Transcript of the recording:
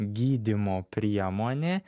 gydymo priemonė